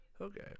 Okay